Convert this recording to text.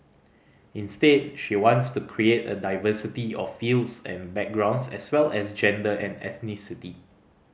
instead she wants to create a diversity of fields and backgrounds as well as gender and ethnicity